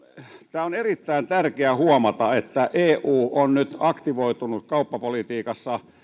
pohjalta on erittäin tärkeää huomata että eu on nyt aktivoitunut kauppapolitiikassa